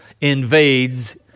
invades